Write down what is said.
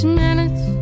minutes